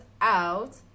out